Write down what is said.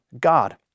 God